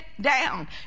down